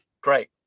great